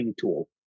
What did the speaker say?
tool